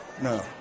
No